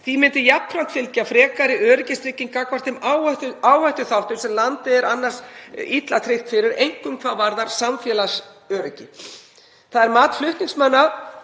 Því myndi jafnframt fylgja frekari öryggistrygging gagnvart þeim áhættuþáttum sem landið er annars illa tryggt fyrir, einkum hvað varðar samfélagsöryggi. Það er mat flutningsmanna